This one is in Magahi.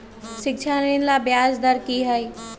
शिक्षा ऋण ला ब्याज दर कि हई?